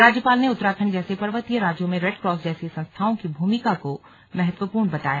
राज्यपाल ने उत्तराखण्ड जैसे पर्वतीय राज्यों में रेडक्रॉस जैसी संस्थाओं की भूमिका को महत्वपूर्ण बताया